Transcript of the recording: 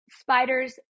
Spiders